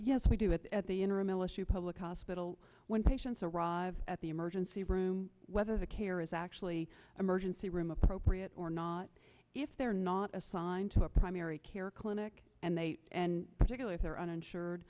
yes we do it at the interim ilish public hospital when patients arrive at the emergency room whether the care is actually emergency room appropriate or not if they're not assigned to a primary care clinic and they and particularly their uninsured